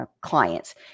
clients